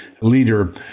leader